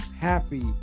happy